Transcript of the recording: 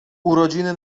urodziny